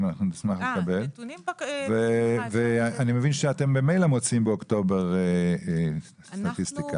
אני מבין שאתם במילא מוציאים באוקטובר סטטיסטיקה.